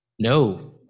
No